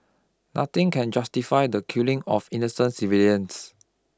nothing can justify the killing of innocent civilians